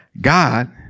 god